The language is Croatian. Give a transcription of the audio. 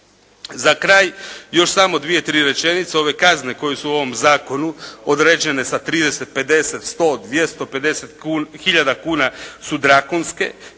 Za kraj još samo dvije, tri rečenice. Ove kazne koje su u ovom zakonu određene sa 30, 50, 100, 250 hiljada kuna su drakonske.